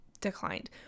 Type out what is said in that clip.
declined